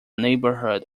neighborhood